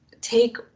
take